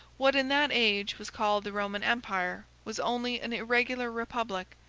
what in that age was called the roman empire, was only an irregular republic,